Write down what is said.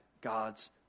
God's